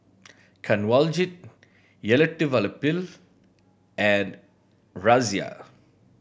Kanwaljit Elattuvalapil and Razia